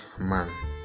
man